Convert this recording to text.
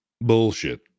bullshit